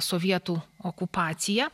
sovietų okupaciją